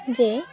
ଯେ